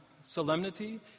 solemnity